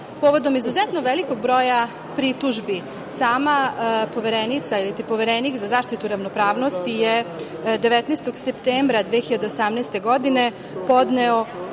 godine. Povodom izuzetno velikog broja pritužbi, sama Poverenica ili Poverenik za zaštitu ravnopravnosti je 19. septembra 2018. godine podneo